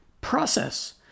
process